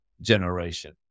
generation